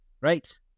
right